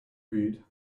read